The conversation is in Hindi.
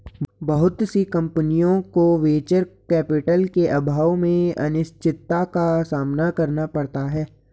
बहुत सी कम्पनियों को वेंचर कैपिटल के अभाव में अनिश्चितता का सामना करना पड़ता है